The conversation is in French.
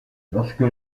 lorsque